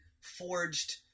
forged